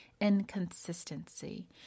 inconsistency